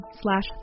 slash